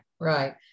right